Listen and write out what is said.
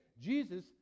Jesus